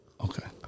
Okay